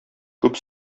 күп